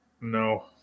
No